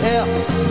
else